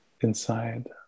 inside